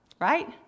right